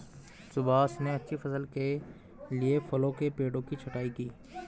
सुभाष ने अच्छी फसल के लिए फलों के पेड़ों की छंटाई की